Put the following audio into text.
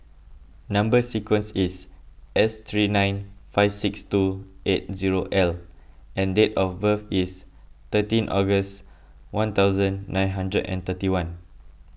Number Sequence is S three nine five six two eight zero L and date of birth is thirteen August one thousand nine hundred and thirty one